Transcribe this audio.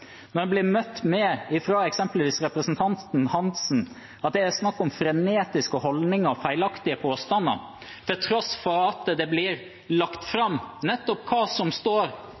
blir møtt med, fra eksempelvis representanten Hansen, at det er snakk om «frenetiske» holdninger og «feilaktige» påstander – til tross for at det blir lagt fram nettopp hva som står